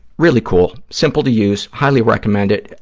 really cool, simple to use, highly recommend it,